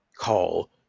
call